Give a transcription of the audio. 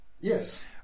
Yes